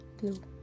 blue